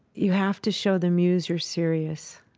you have to show the muse you're serious.